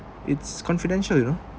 it's confidential you know